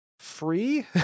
free